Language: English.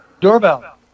doorbell